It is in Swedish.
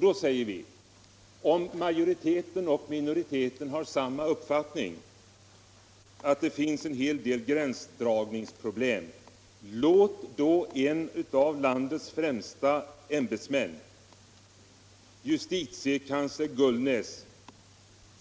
Vi säger att om majoriteten och minoriteten anser att det finns en hel del gränsdragningsproblem, låt då en av landets främsta ämbetsmän, justitiekansler Gullnäs,